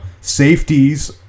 Safeties